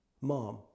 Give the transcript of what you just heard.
mom